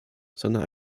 sondern